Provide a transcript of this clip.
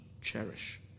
cherish